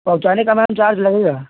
पहुँचाने का ma'am charge लगेगा